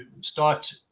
start